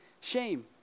shame